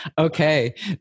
Okay